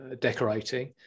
decorating